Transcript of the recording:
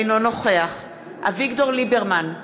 אינו נוכח אביגדור ליברמן,